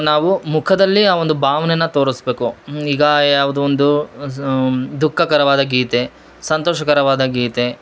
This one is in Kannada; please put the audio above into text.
ನಾವು ಮುಖದಲ್ಲಿ ಆ ಒಂದು ಭಾವನೆಯನ್ನ ತೋರಿಸಬೇಕು ಈಗ ಯಾವುದೋ ಒಂದು ದುಃಖಕರವಾದ ಗೀತೆ ಸಂತೋಷಕರವಾದ ಗೀತೆ